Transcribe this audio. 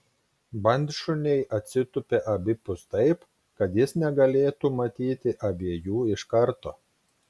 bandšuniai atsitūpė abipus taip kad jis negalėtų matyti abiejų iškarto